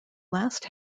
last